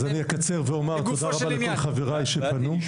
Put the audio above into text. אז אני אקצר ואומר, תודה רבה לכל חבריי שפנו.